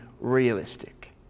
realistic